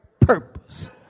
purpose